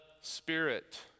Spirit